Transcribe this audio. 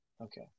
Okay